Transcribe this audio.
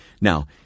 Now